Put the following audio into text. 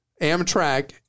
Amtrak